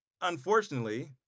Unfortunately